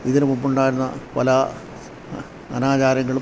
ഇതിന് മുമ്പുണ്ടായിരുന്ന പല അനാചാരങ്ങളും